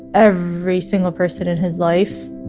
every single person in his life